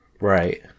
Right